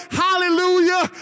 hallelujah